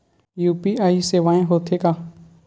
UPI सेवाएं हो थे का?